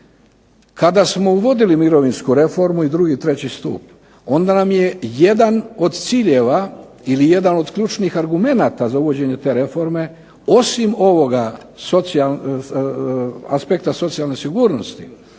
Kada smo uvodili mirovinsku reformu i drugi i treći stup onda nam je jedan od ciljeva ili jedan od ključnih argumenata za uvođenje te reforme osim ovoga aspekta socijalne sigurnosti